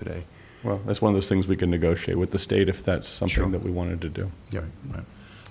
today well that's one of those things we can negotiate with the state if that's some show that we wanted to do